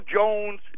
Jones